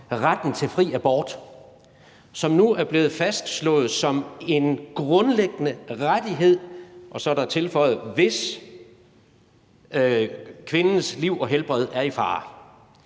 retten til fri abort, som nu er blevet fastslået som en grundlæggende rettighed, og så er der tilføjet: hvis kvindens liv og helbred er i fare.